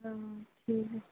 অঁ ঠিক